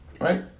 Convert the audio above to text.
right